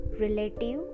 relative